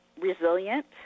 resilient